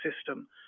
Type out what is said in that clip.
system